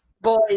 boys